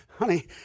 Honey